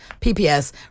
PPS